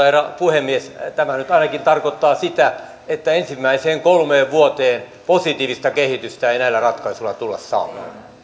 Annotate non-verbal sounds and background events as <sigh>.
<unintelligible> herra puhemies tämä nyt ainakin tarkoittaa sitä että ensimmäiseen kolmeen vuoteen positiivista kehitystä ei näillä ratkaisuilla tulla saamaan se